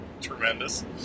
tremendous